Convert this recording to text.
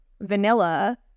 vanilla